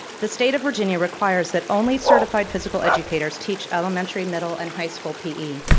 the state of virginia requires that only certified physical educators teach elementary, middle, and high school pe.